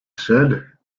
said